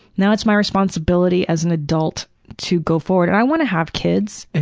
now it's my responsibility as an adult to go forward. and i want to have kids. and